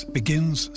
begins